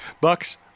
Bucks